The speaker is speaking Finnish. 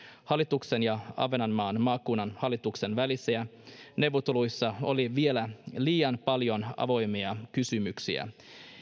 hallituksen ja ahvenanmaan maakunnan hallituksen välisissä neuvotteluissa oli vielä liian paljon avoimia kysymyksiä